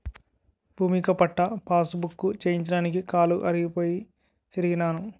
భూమిక పట్టా పాసుబుక్కు చేయించడానికి కాలు అరిగిపోయి తిరిగినాను